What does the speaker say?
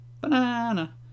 banana